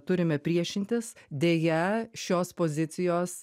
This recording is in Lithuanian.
turime priešintis deja šios pozicijos